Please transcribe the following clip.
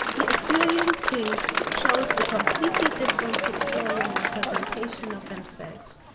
the assyrian kings chose a completely different pictorial representation of themselves.